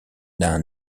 d’un